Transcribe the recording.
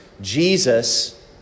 Jesus